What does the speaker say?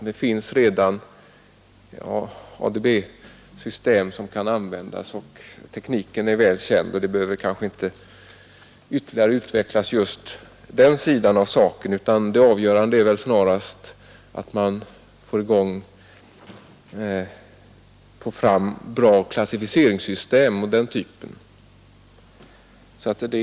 Det finns redan ADB-system som kan användas, och tekniken är väl känd. Just den sidan av saken behöver därför inte ytterligare utvecklas, utan det avgörande är att man får fram bra klassificeringssystem och liknande.